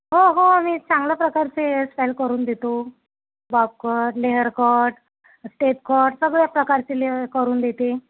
हो हो मी चांगल्या प्रकारचे हेअरस्टायल करून देतो bob cut layer cut step cut सगळ्या प्रकारचे लेअ करून देते